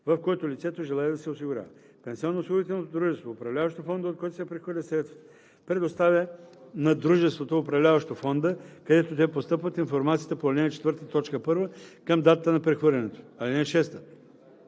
в който лицето желае да се осигурява. Пенсионноосигурителното дружество, управляващо фонда от който се прехвърлят средствата, предоставя на дружеството, управляващо фонда, където те постъпват, информацията по ал. 4, т. 1 към датата на прехвърлянето. (6)